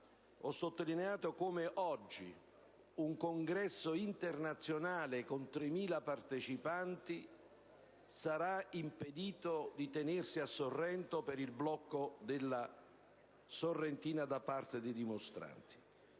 ho sottolineato come oggi un congresso internazionale con 3.000 partecipanti non potrà tenersi a Sorrento per il blocco della strada statale sorrentina da parte dei dimostranti.